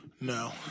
No